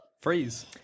Freeze